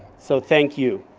so thank you.